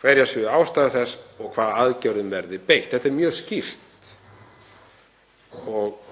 hverjar séu ástæður þess og hvaða aðgerðum verði beitt. Þetta er mjög skýrt.